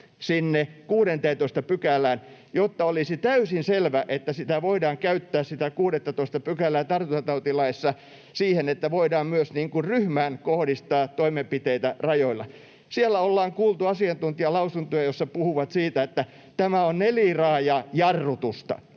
sinne 16 §:ään, jotta olisi täysin selvä, että voidaan käyttää sitä 16 §:ää tartuntatautilaissa siihen, että voidaan myös ryhmään kohdistaa toimenpiteitä rajoilla? Siellä ollaan kuultu asiantuntijalausuntoja, joissa puhutaan siitä, että tämä on neliraajajarrutusta